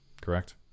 correct